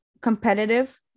competitive